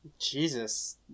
Jesus